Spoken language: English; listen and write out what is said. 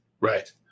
Right